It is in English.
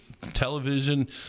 television